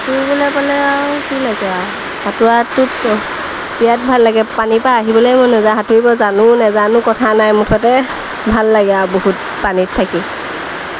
সাঁতুৰিবলৈ গ'লে আৰু কি লাগে আৰু সাঁতোৰাটোত বিৰাট ভাল লাগে পানীৰপৰা আহিবলেই মন নেযায় সাঁতুৰিব জানো নেজানো কথা নাই মুঠতে ভাল লাগে আৰু বহুত পানীত থাকি